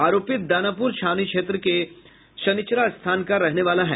आरोपित दानापुर छाबनी क्षेत्र के शनिचरा स्थान का रहने वाला है